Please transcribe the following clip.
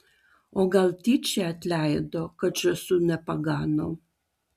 o gal tyčia atleido kad žąsų nepagano